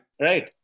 Right